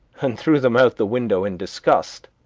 and threw them out the window in disgust.